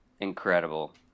incredible